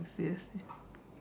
I see I see